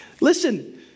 Listen